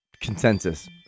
consensus